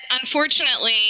unfortunately